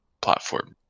platform